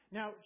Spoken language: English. Now